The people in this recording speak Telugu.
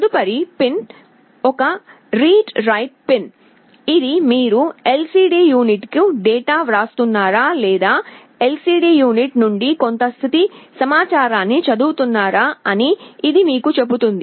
తదుపరి పిన్ ఒక రీడ్ రైట్ పిన్ ఇది మీరు ఎల్సిడి యూనిట్కు డేటా వ్రాస్తున్నారా లేదా ఎల్సిడి యూనిట్ నుండి కొంత స్థితి సమాచారాన్ని చదువుతున్నారా అని ఇది మీకు చెబుతుంది